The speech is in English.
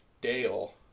Dale